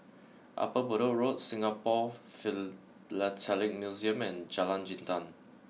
Upper Bedok Road Singapore Philatelic Museum and Jalan Jintan